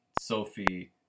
Sophie